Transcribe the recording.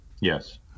Yes